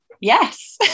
yes